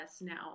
now